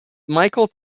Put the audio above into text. michael